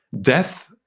death